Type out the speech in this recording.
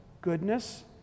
goodness